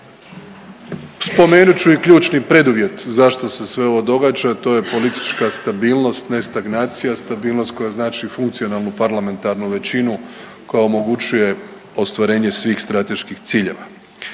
Spomenut ću i ključni preduvjet zašto se sve ovo događa, to je politička stabilnost ne stagnacija, stabilnost koja znači funkcionalnu parlamentarnu većinu koja omogućuje ostvarenje svih strateških ciljeva.